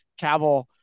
Cavill